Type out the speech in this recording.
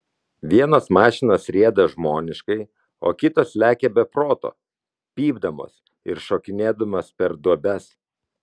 vienos mašinos rieda žmoniškai o kitos lekia be proto pypdamos ir šokinėdamos per duobes